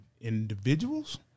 individuals